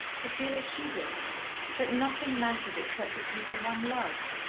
to feel as she did that nothing mattered except the people one loved,